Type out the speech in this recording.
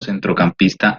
centrocampista